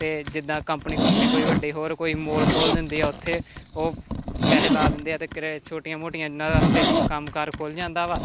ਅਤੇ ਜਿੱਦਾਂ ਕੰਪਨੀ ਕੁਪਨੀ ਕੋਈ ਵੱਡੀ ਹੋਰ ਕੋਈ ਮੌਲ ਖੋਲ੍ਹ ਦਿੰਦੀ ਆ ਉੱਥੇ ਉਹ ਪੈਸੇ ਲਾ ਦਿੰਦੇ ਆ ਅਤੇ ਛੋਟੀਆਂ ਮੋਟੀਆਂ ਉਨ੍ਹਾਂ ਵਾਸਤੇ ਕੰਮ ਕਾਰ ਖੁੱਲ੍ਹ ਜਾਂਦਾ ਵਾ